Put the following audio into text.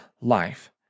life